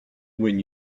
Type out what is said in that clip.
when